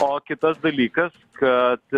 o kitas dalykas kad